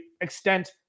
extent